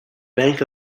bank